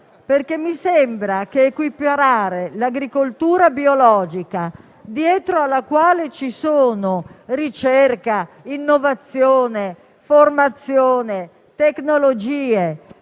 perché mi sembra che equiparare l'agricoltura biologica, dietro la quale ci sono ricerca, innovazione, formazione e tecnologie,